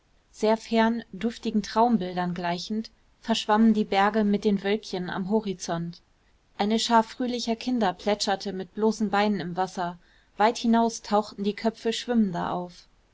sehr fern duftigen traumbildern gleichend verschwammen die berge mit den wölkchen am horizont eine schar fröhlicher kinder plätscherte mit bloßen beinen im wasser weit hinaus tauchten die köpfe schwimmender auf